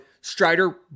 Strider